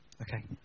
Okay